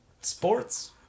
Sports